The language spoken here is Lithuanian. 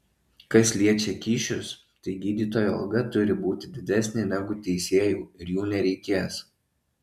kas liečia kyšius tai gydytojo alga turi būti didesnė negu teisėjų ir jų nereikės